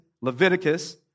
Leviticus